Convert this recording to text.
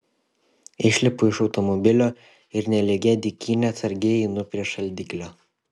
išlipu iš automobilio ir nelygia dykyne atsargiai einu prie šaldiklio